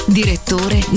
direttore